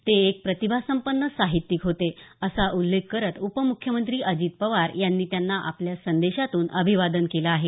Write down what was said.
ते एक प्रतिभासंपन्न साहित्यिक होते असा उल्लेख करत उपमुख्यमंत्री अजित पवार यांनी त्यांना आपल्या संदेशातून अभिवादन केलं आहे